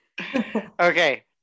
Okay